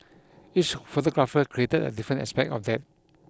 each photographer created a different aspect of that